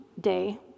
Day